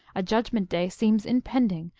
a judgment day seems impending,